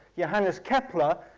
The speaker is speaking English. johannes kepler,